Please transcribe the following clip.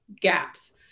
gaps